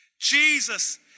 Jesus